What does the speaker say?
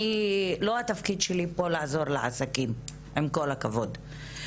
לא התפקיד שלי פה לעזור לעסקים, עם כל הכבוד.